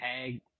tag